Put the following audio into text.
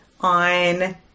on